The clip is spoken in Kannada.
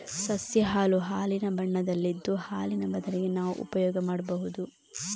ಸಸ್ಯ ಹಾಲು ಹಾಲಿನ ಬಣ್ಣದಲ್ಲಿದ್ದು ಹಾಲಿನ ಬದಲಿಗೆ ನಾವು ಉಪಯೋಗ ಮಾಡ್ಬಹುದು